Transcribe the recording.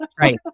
Right